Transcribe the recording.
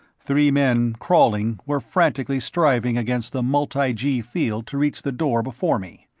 three men, crawling, were frantically striving against the multi-gee field to reach the door before me.